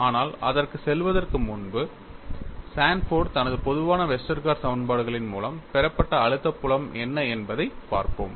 ஆனால் அதற்குச் செல்வதற்கு முன் சான்போர்டு தனது பொதுவான வெஸ்டர்கார்ட் சமன்பாடுகளின் மூலம் பெறப்பட்ட அழுத்தப் புலம் என்ன என்பதைப் பார்ப்போம்